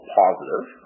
positive